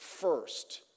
first